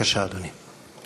בבקשה, אדוני.